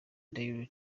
daily